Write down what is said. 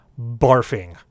barfing